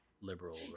liberal